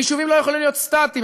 ויישובים לא יכולים להיות סטטיים,